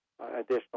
additional